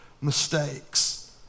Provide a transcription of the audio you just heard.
mistakes